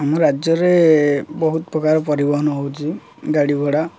ଆମ ରାଜ୍ୟରେ ବହୁତ ପ୍ରକାର ପରିବହନ ହେଉଛି ଗାଡ଼ି ଭଡ଼ା